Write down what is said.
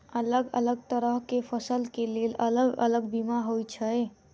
अलग अलग तरह केँ फसल केँ लेल अलग अलग बीमा होइ छै?